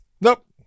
Nope